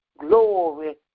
Glory